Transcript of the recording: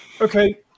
Okay